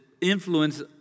influence